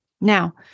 Now